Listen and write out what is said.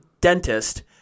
dentist